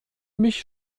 mich